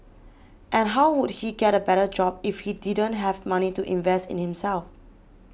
and how would he get a better job if he didn't have money to invest in himself